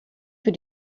für